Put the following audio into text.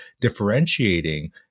differentiating